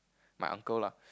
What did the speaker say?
my uncle lah